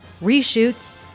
reshoots